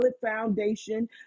foundation